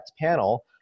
panel